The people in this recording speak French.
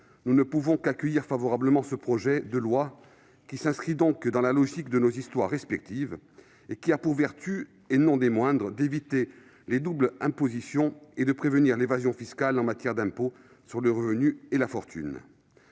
nous ne pouvons qu'accueillir favorablement ce projet de loi ; il s'inscrit dans la logique de nos histoires respectives et a pour vertu, et non des moindres, d'éviter les doubles impositions et de prévenir l'évasion fiscale en matière d'impôts sur le revenu et sur la fortune.